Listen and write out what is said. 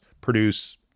produce